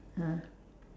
ah